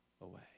away